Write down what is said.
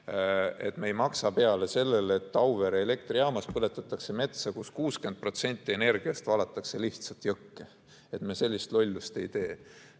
Me ei maksa peale sellele, et Auvere elektrijaamas põletatakse metsa ja 60% energiast valatakse lihtsalt jõkke. Sellist lollust me ei tee.